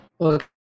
Okay